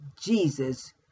Jesus